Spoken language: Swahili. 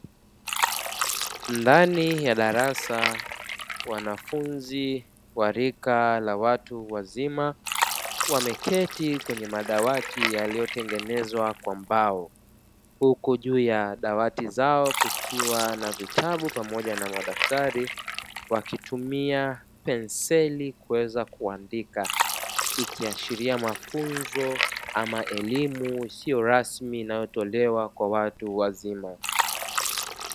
Ndani ya darasa wanafunzi wa rika la watu wazima wameketi kwenye madawati yaliyotengenezwa kwa mbao, huku juu ya dawati zao kukiwa na vitabu pamoja na madaftari wakitumia penseli kuweza kuandika. Ikiashiria ni mafunzo ama elimu isiyo rasmi inayotolewa kwa watu wazima.